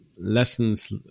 lessons